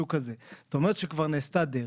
זאת אומרת שכבר נעשתה דרך,